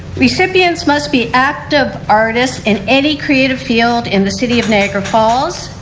recipients must be active artists in any creative field in the city of niagra falls.